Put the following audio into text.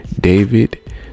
David